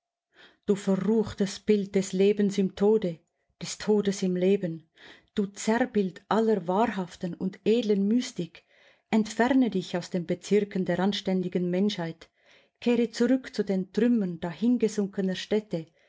du verruchtes bild des lebens im tode des todes im leben du zerrbild aller wahrhaften und edlen mystik entferne dich aus den bezirken der anständigen menschheit kehre zurück zu den trümmern dahingesunkener städte